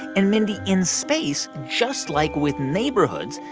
and, mindy, in space, just like with neighborhoods,